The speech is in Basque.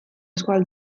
asko